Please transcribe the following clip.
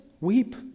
Weep